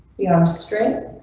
you know i'm straight.